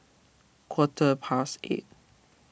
quarter past eight